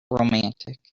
romantic